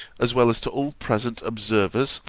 as well as to all present observers,